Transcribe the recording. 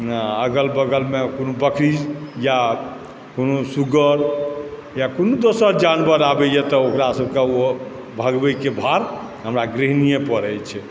अगलबगलमे कोनो बकरी या कोनो सूगर या कोनो दोसर जानवर आबैए तऽ ओकरा सभकेँ भगबैके भार हमरा गृहिणीयै पर अछि